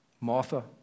Martha